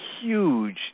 huge